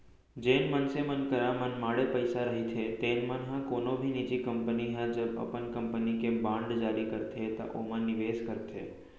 जेन मनसे मन करा मनमाड़े पइसा रहिथे तेन मन ह कोनो भी निजी कंपनी ह जब अपन कंपनी के बांड जारी करथे त ओमा निवेस करथे